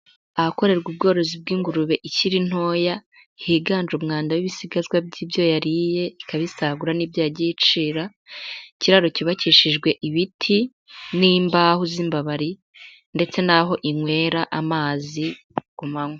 Ahakorerwa ubworozi bw'ingurube ikiri ntoya higanje umwanda w'ibisigazwa by'ibyo yariye ikabisagura n'ibyo yagiye icira, ikiraro cyubakishijwe ibiti n'imbaho z'imbabari ndetse naho inywera amazi ku manywa.